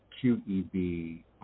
Q-E-B